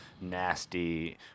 nasty